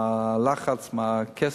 מה הלחץ ומה הכסף.